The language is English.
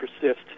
persist